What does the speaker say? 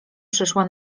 przyszła